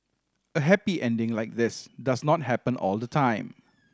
a happy ending like this does not happen all the time